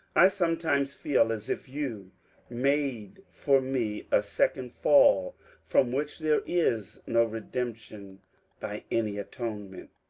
i sometimes feel as if you made for me a second fall from which there is no redemption by any atonement.